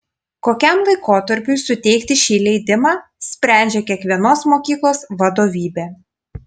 kokiam laikotarpiui suteikti šį leidimą sprendžia kiekvienos mokyklos vadovybė